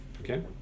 Okay